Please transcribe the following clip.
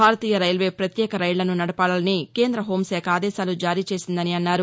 భారతీయ railway ప్రత్యేక రైళ్లను నడపాలని కేంద్ర హోంశాఖ ఆదేశాలు జారీ చేసిందన్నారు